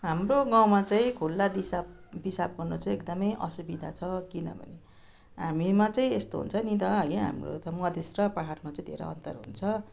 हाम्रो गाउँमा चाहिँ खुल्ला दिसापिसाब गर्न चाहिँ एकदमै असुविधा छ किनभने हामीमा चाहिँ यस्तो हुन्छ नि त होइन हाम्रो उता मधेस र पाहाडमा धेरै अन्तर हुन्छ